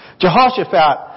Jehoshaphat